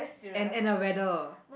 and and the weather